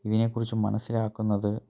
ഇതിനെക്കുറിച്ച് മനസ്സിലാക്കുന്നത്